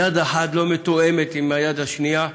יד אחת לא מתואמת עם היד השנייה.